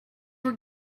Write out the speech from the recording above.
were